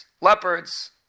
leopards